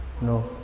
No